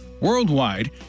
worldwide